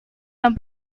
dan